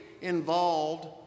involved